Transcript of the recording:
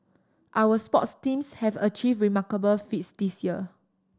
our sports teams have achieved remarkable feats this year